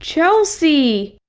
chelsea!